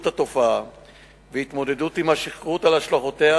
התופעה והתמודדות עם השכרות ועם השלכותיה,